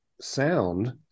sound